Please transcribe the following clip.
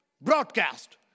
broadcast